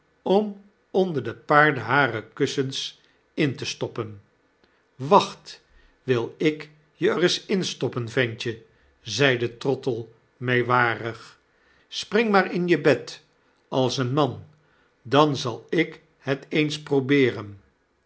om onder de paardenharen kussens in te stoppen jpwacht wil ik je reis instoppen ventje zeide trottle meewarig spring maar in je bed als een man dan zal ik het eens probeeren